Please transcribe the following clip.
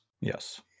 Yes